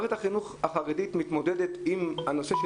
מערכת החינוך החרדית מתמודדות עם הנושא של